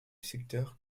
secteur